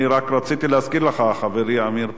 אני רק רציתי להזכיר לך, חברי עמיר פרץ,